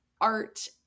art